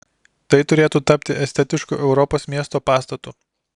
tai turėtų tapti estetišku europos miesto pastatu